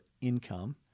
income